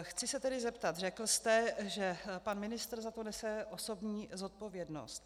Chci se tedy zeptat: Řekl jste, že pan ministr za to nese osobní zodpovědnost.